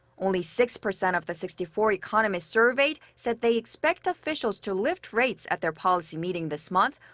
only six percent of the sixty-four economists surveyed said they expect officials to lift rates at their policy meeting this month,